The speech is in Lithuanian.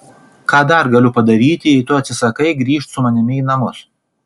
ką dar galiu padaryti jei tu atsisakai grįžt su manimi į namus